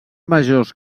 majors